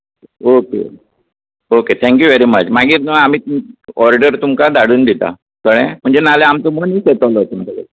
okay okay okay thank you very much मागीर न्हू order तुमकां धाडून दिता कळ्ळें म्हणचे ना जाल्यार आमचो मनीस येतलो